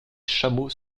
chameaux